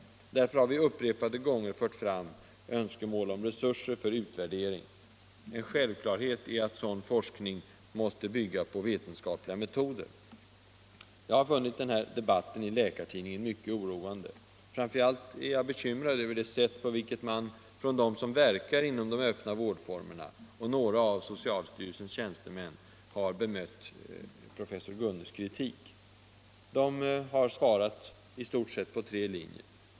Därför har vi upprepade gånger fört fram önskemål om resurser för utvärdering. En självklarhet är att sådan forskning måste bygga på vetenskapliga metoder. Jag har funnit debatten i Läkartidningen mycket oroande. Framför allt är jag bekymrad över det sätt på vilket man från dem som verkar inom de öppna vårdformerna, och några av socialstyrelsens tjänstemän, har bemött professor Gunnes kritik. De har svarat i stort sett efter tre linjer.